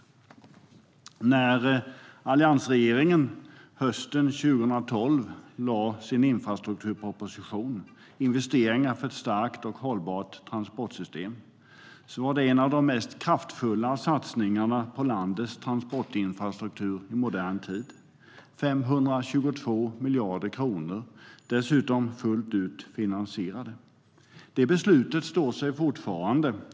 var det en av de mest kraftfulla satsningar på landets transportinfrastruktur som gjorts i modern tid - 522 miljarder kronor. De var dessutom fullt ut finansierade. Det beslutet står sig fortfarande.